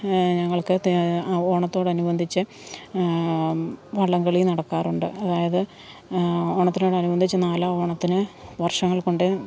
ഞങ്ങൾക്ക് ത്ത് ഓണത്തോടനുബന്ധിച്ച് വള്ളംകളി നടക്കാറുണ്ട് അതായത് ഓണത്തിനോടനുബന്ധിച്ച് നാലാം ഓണത്തിനു വർഷങ്ങൾകൊണ്ട്